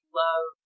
love